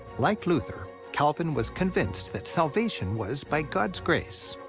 like luther, calvin was convinced that salvation was by god's grace.